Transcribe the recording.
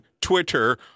Twitter